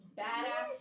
badass